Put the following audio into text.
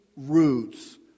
roots